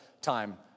time